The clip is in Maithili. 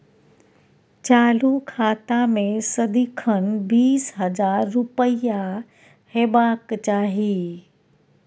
चालु खाता मे सदिखन बीस हजार रुपैया हेबाक चाही